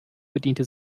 bediente